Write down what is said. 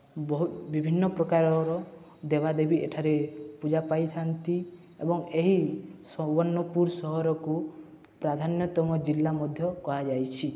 ବହୁତ ବିଭିନ୍ନପ୍ରକାରର ଦେବାଦେବୀ ଏଠାରେ ପୂଜା ପାଇଥାନ୍ତି ଏବଂ ଏହି ସମ୍ବର୍ଣ୍ଣପୁର ସହରକୁ ପ୍ରାଧାନ୍ୟତମ ଜିଲ୍ଲା ମଧ୍ୟ କୁହାଯାଇଛି